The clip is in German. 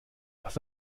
was